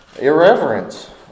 Irreverence